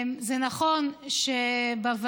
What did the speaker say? זה נכון שבוועדה,